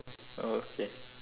oh okay